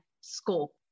scope